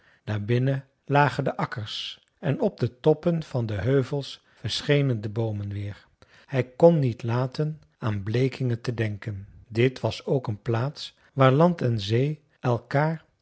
daar binnen lagen de akkers en op de toppen van de heuvels verschenen de boomen weer hij kon niet laten aan blekinge te denken dit was ook een plaats waar land en zee elkaar